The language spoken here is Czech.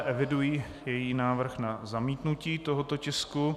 Eviduji její návrh na zamítnutí tohoto tisku.